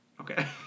Okay